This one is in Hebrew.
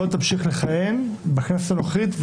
לא תמשיך לכהן בכנסת הנוכחית,